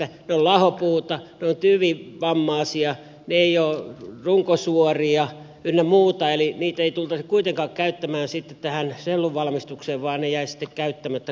ne ovat lahopuuta ne ovat tyvivammaisia ne eivät ole runkosuoria ynnä muuta eli niitä ei tultaisi kuitenkaan käyttämään sitten tähän sellun valmistukseen vaan ne jäisivät käyttämättä kokonaan